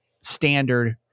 standard